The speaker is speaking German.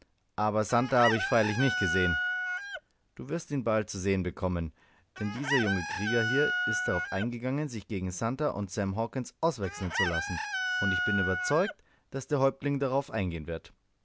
aber santer habe ich freilich nicht gesehen du wirst ihn bald zu sehen bekommen denn dieser junge krieger hier ist darauf eingegangen sich gegen santer und sam hawkens auswechseln zu lassen und ich bin überzeugt daß der häuptling darauf eingehen wird